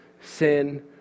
Sin